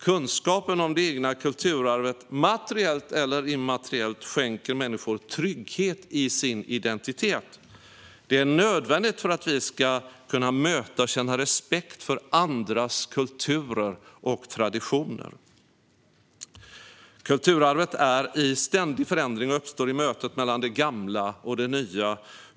Kunskapen om det egna kulturarvet, materiellt eller immateriellt, skänker människor trygghet i deras identitet. Detta är nödvändigt för att vi ska kunna möta och känna respekt för andras kulturer och traditioner. Kulturarvet är i ständig förändring och uppstår i mötet mellan det gamla och det nya.